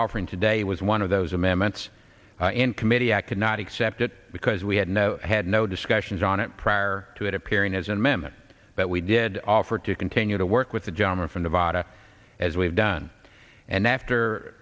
offering today was one of those amendments in committee i could not accept it because we had no had no discussions on it prior to it appearing as an amendment but we did offer to continue to work with the gentleman from nevada as we have done and after